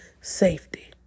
safety